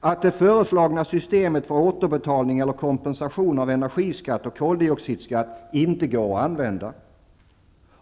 att det föreslagna systemet för återbetalning eller kompensation av energiskatt och koldioxidskatt inte går att använda.